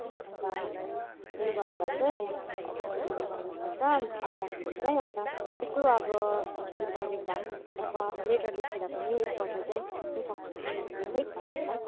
अन्त त्यही भएर चाहिँ तपाईँले उयो गर्नु पर्छ आउँदाखेरि चाहिँ अन्त यसो अब उयो गरेको भए पनि अब लेटर लेखेर पनि एकपल्ट चाहिँ